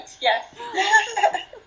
yes